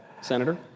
Senator